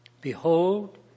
Behold